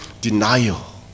denial